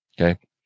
okay